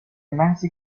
محضی